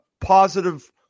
positive